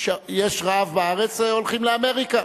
יש רעב בארץ, הולכים לאמריקה.